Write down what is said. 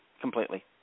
Completely